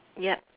yup